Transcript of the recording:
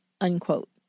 unquote